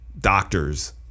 doctors